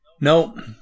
No